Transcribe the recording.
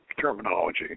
terminology